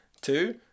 Two